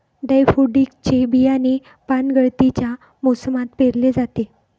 daffodils चे बियाणे पानगळतीच्या मोसमात पेरले जाते